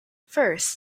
first